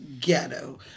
ghetto